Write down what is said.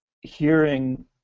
hearing